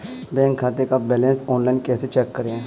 Bank खाते का balance online कैसे चेक करें?